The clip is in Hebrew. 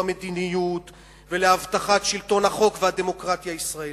מדיניות ולהבטחת שלטון החוק והדמוקרטיה הישראלית.